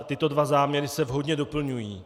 Tyto dva záměry se vhodně doplňují.